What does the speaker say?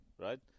Right